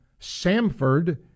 Samford